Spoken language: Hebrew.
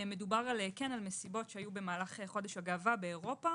מדובר על מסיבות שהיו במהלך חודש הגאווה באירופה